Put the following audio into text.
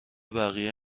بقیه